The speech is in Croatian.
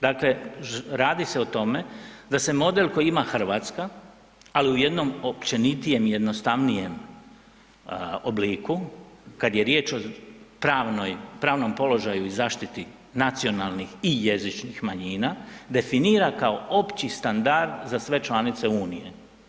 Dakle, radi se o tome da se model koji ima RH, ali u jednom općenitijem i jednostavnijem obliku kad je riječ o pravnoj, pravnom položaju i zaštiti nacionalnih i jezičnih manjina definira kao opći standard za sve članice Unije.